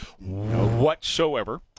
whatsoever